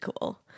cool